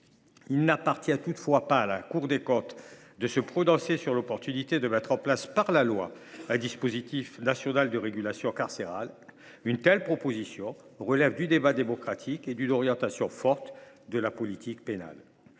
Il n’appartient toutefois pas à la Cour des comptes de se prononcer sur l’opportunité de mettre en place par la loi un dispositif national de régulation carcérale. Une telle proposition relève du débat démocratique et d’une orientation forte de la politique pénale.